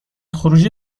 خروجی